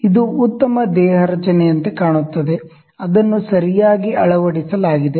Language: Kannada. ಇದು ಉತ್ತಮ ದೇಹರಚನೆಯಂತೆ ಕಾಣುತ್ತದೆ ಅದನ್ನು ಸರಿಯಾಗಿ ಅಳವಡಿಸಲಾಗಿದೆ